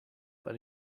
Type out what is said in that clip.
but